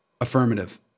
affirmative